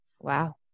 Wow